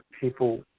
people